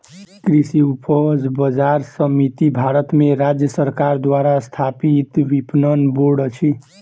कृषि उपज बजार समिति भारत में राज्य सरकार द्वारा स्थापित विपणन बोर्ड अछि